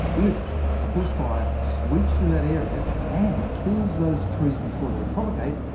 if a but fire sweeps through that area and kills those trees before they propogate,